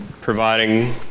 providing